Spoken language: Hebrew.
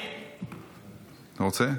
אתה רוצה?